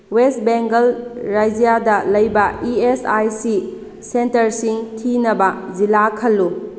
west Bengal ꯔꯥꯖ꯭ꯌꯥꯗ ꯂꯩꯕ E S I C ꯁꯦꯟꯇꯔꯁꯤꯡ ꯊꯤꯅꯕ ꯖꯤꯂꯥ ꯈꯜꯂꯨ